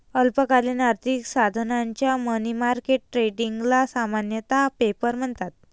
अल्पकालीन आर्थिक साधनांच्या मनी मार्केट ट्रेडिंगला सामान्यतः पेपर म्हणतात